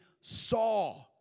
saw